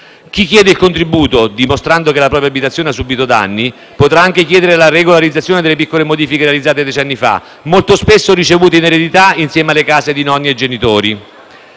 Chi chiede il contributo dimostrando che la propria abitazione ha subìto danni potrà anche chiedere la regolarizzazione per le piccole modifiche realizzate decenni fa, molto spesso ricevute in eredità insieme alle case di nonni e genitori.